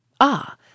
Ah